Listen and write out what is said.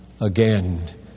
again